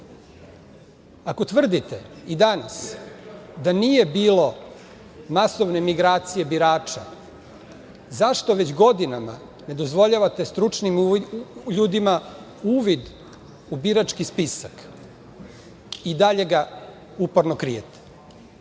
tvrdite i danas da nije bilo masovne migracije birača, zašto već godinama ne dozvoljavate stručnim ljudima uvid u birački spisak i dalje ga uporno krijete? Ukoliko